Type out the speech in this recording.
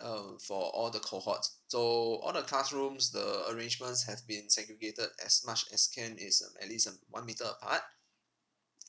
uh for all the cohorts so all the classrooms the arrangements has been segregated as much as can it's um at least um one meter apart